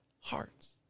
Hearts